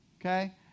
Okay